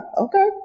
okay